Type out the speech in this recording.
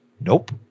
Nope